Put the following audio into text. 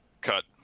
Cut